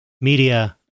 media